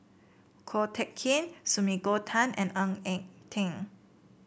Ko Teck Kin Sumiko Tan and Ng Eng Teng